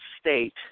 state